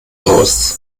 aus